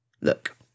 Look